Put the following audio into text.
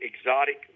exotic